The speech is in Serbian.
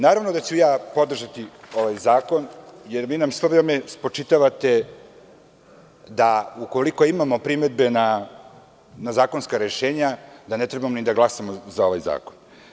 Naravno, podržaću ovaj zakon, jer nam vi sve vreme spočitavate da ukoliko imamo primedbe na zakonska rešenja da ne treba ni da glasamo za ovaj zakon.